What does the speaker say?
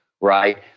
Right